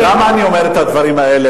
למה אני אומר את הדברים האלה,